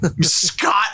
Scott